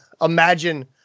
imagine